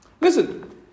Listen